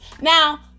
Now